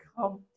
come